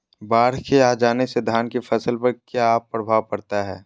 बाढ़ के आ जाने से धान की फसल पर किया प्रभाव पड़ता है?